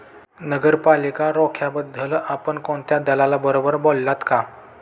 नगरपालिका रोख्यांबद्दल आपण कोणत्या दलालाबरोबर बोललात का?